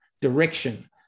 direction